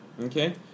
okay